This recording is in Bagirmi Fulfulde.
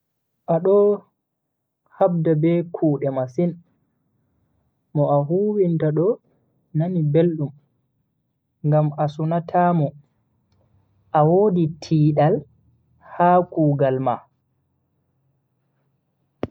Ado habda be kuude masin, mo a huwinta do nani beldum ngam a sunata mo. A wodi tiidal ha kugal ma.